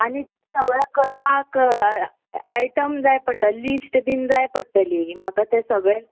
आनी सगळें करपाक आयटम जाय पडटलें लिस्ट बीन जाय पडटली म्हाका तें सगळें